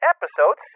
Episode